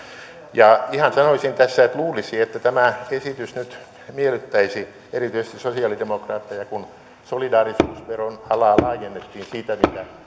ja ihan sanoisin tässä että luulisi että tämä esitys nyt miellyttäisi erityisesti sosialidemokraatteja kun solidaarisuusveron alaa laajennettiin siitä mitä